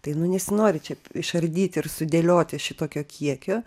tai nu nesinori čia išardyti ir sudėlioti šitokio kiekio